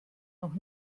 noch